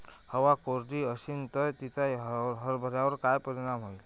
हवा कोरडी अशीन त तिचा हरभऱ्यावर काय परिणाम होईन?